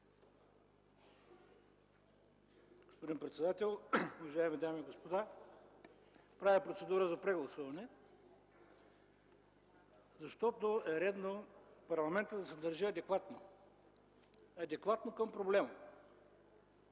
Господин председател, уважаеми дами и господа, правя процедура за прегласуване, защото е редно парламентът да се държи адекватно към проблема.